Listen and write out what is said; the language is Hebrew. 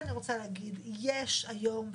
יש היום,